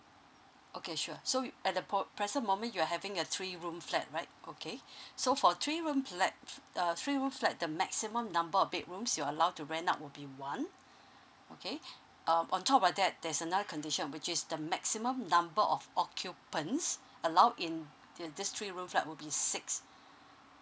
okay sure so you at the pro~ present moment you're having a three room flat right okay so for three room flat uh three room flat the maximum number of bedrooms you're allowed to rent out would be one okay um on top of that there's another condition which is the maximum number of occupants allowed in in these three room flat will be six